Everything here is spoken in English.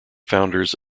founders